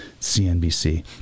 CNBC